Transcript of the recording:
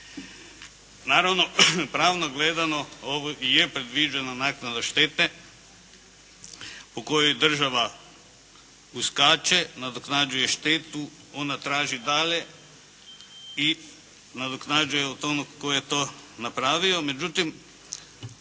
Naravno, pravno gledano je predviđena naknada štete u kojoj država uskače, nadoknađuje štetu, ona traži dalje i nadoknađuje od onog tko je to napravio.